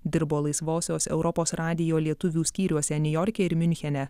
dirbo laisvosios europos radijo lietuvių skyriuose niujorke ir miunchene